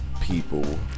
people